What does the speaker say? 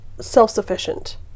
self-sufficient